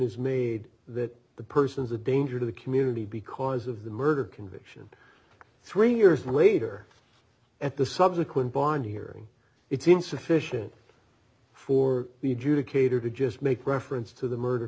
is made that the person is a danger to the community because of the murder conviction three years later at the subsequent bond hearing it's insufficient for the adjudicator to just make reference to the murder